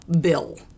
bill